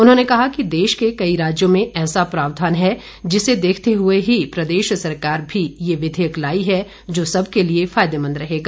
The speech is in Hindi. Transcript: उन्होंने कहा कि देश के कई राज्यों में ऐसा प्रावधान है जिसे देखते हुए ही प्रदेश सरकार भी ये विधेयक लाई है जो सबके लिए फायदेमंद रहेगा